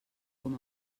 com